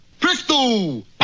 Crystal